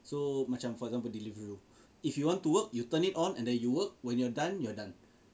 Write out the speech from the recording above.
so macam for example delivery if you want to work you turn it on and then you work when you're done you're done